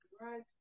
right